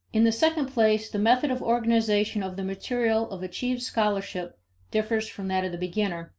in the second place, the method of organization of the material of achieved scholarship differs from that of the beginner.